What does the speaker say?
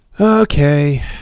Okay